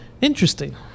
Interesting